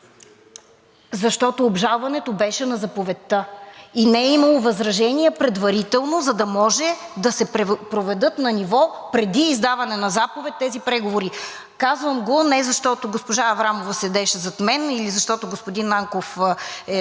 Защото обжалването беше на заповедта и не е имало възражения предварително, за да може да се проведат на ниво преди издаване на заповед тези преговори. Казвам го не защото госпожа Аврамова седеше зад мен и господин Нанков е през